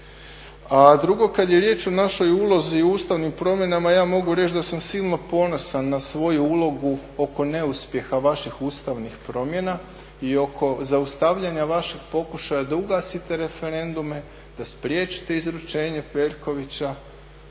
A drugo, kada je riječ o našoj ulozi u ustavnim promjenama ja mogu reći da sam silno ponosan na svoju ulogu oko neuspjeha vaših ustavnih promjena i oko zaustavljanja vašeg pokušaja da ugasite referendume, da spriječite izručenje Perkovića